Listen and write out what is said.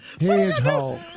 Hedgehog